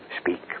Speak